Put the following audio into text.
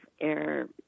air